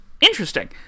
Interesting